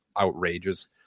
outrageous